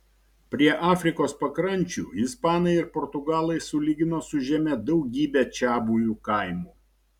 prie afrikos pakrančių ispanai ir portugalai sulygino su žeme daugybę čiabuvių kaimų